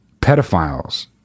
pedophiles